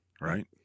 right